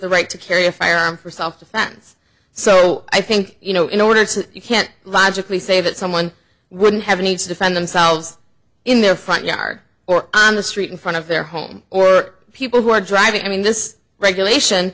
the right to carry a firearm for self defense so i think you know in order to you can't logically say that someone wouldn't have a need to defend themselves in their front yard or on the street in front of their home or people who are driving i mean this regulation